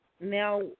Now